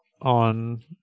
on